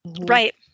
Right